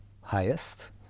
highest